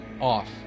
off